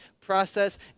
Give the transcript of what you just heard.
process